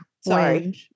sorry